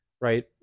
right